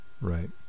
Right